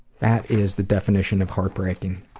that is the definition of heartbreaking.